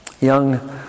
young